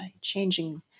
changing